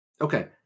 okay